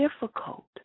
difficult